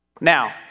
Now